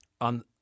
on